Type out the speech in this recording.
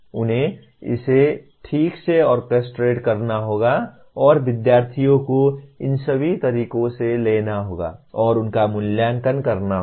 उन्हें इसे ठीक से ऑर्केस्ट्रेट करना होगा और विद्यार्थियों को इन सभी तरीकों से लेना होगा और उनका मूल्यांकन करना होगा